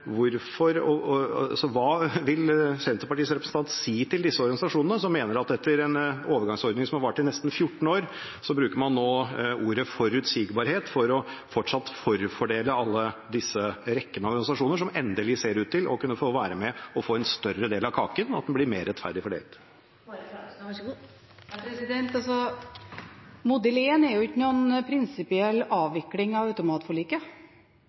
vil Senterpartiets representant si til disse organisasjonene som mener at etter en overgangsordning som har vart i nesten 14 år, bruker man nå ordet «forutsigbarhet» for fortsatt å forfordele alle disse rekkene av organisasjoner, som endelig ser ut til å kunne få være med og få en større del av kaken, og at den blir mer rettferdig fordelt? Modell 1 er ikke noen prinsipiell avvikling av automatforliket. Modell 1 er ikke noen prinsipiell